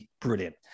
brilliant